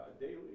Daily